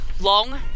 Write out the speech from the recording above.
long